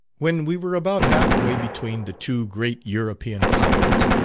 when we were about half way between the two great european powers,